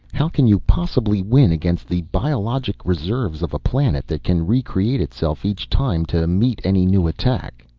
how can you possibly win against the biologic reserves of a planet that can recreate itself each time to meet any new attack?